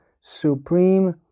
supreme